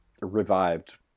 revived